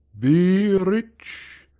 be rich.